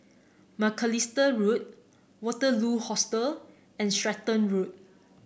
Macalister Road Waterloo Hostel and Stratton Road